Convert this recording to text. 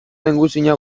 lehengusina